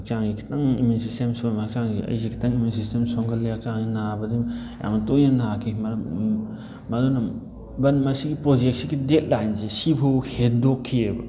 ꯍꯛꯆꯥꯡꯁꯦ ꯈꯤꯇꯪ ꯏꯃ꯭ꯌꯨꯟ ꯁꯤꯁꯇꯦꯝ ꯁꯣꯟꯕ ꯍꯥꯛꯆꯥꯡꯁꯦ ꯑꯩꯁꯦ ꯈꯤꯇꯪ ꯏꯃ꯭ꯌꯨꯟ ꯁꯤꯁꯇꯦꯝ ꯁꯣꯟꯒꯜꯂꯦ ꯍꯥꯛꯆꯥꯡꯁꯦ ꯅꯥꯕꯗꯩ ꯌꯥꯝꯅ ꯇꯣꯏꯅ ꯅꯥꯈꯤ ꯃꯗꯨꯅ ꯏꯕꯟ ꯃꯁꯤꯒꯤ ꯄ꯭ꯔꯣꯖꯦꯛꯁꯤꯒꯤ ꯗꯦꯠ ꯂꯥꯏꯟꯁꯦ ꯁꯤ ꯐꯥꯎꯕ ꯍꯦꯟꯗꯣꯛꯈꯤꯑꯦꯕ